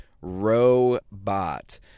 robot